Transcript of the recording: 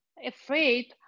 afraid